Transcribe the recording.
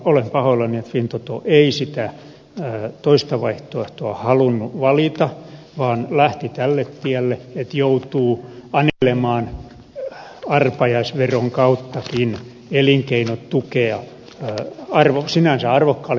olen pahoillani että fintoto ei sitä toista vaihtoehtoa halunnut valita vaan lähti tälle tielle että joutuu anelemaan arpajaisveron kauttakin elinkeinotukea sinänsä arvokkaalle toiminnalle